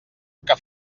que